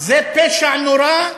זה פשע נורא,